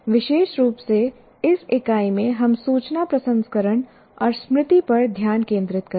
विशेष रूप से इस इकाई में हम सूचना प्रसंस्करण और स्मृति पर ध्यान केंद्रित करेंगे